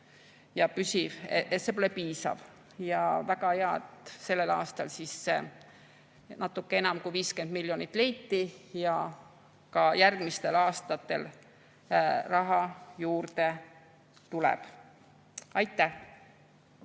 ütlesin, et see pole piisav. Väga hea, et sellel aastal natuke enam kui 50 miljonit leiti ja ka järgmistel aastatel raha juurde tuleb. Marko